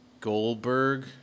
Goldberg